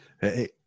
Hey